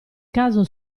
caso